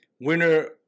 winner